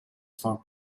for